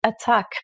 attack